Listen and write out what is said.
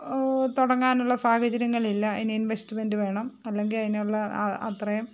തുടങ്ങാനുള്ള സാഹചര്യങ്ങളില്ല അതിന് ഇൻവെസ്റ്റ്മെൻ്റ് വേണം അല്ലെങ്കിൽ അതിനുള്ള ആ അത്രയും